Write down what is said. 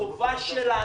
החובה שלנו,